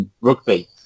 rugby